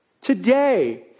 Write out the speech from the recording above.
today